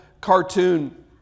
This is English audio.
cartoon